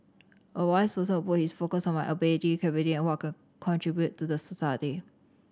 a wise person will put his focus on my ability capability and what I can contribute to the society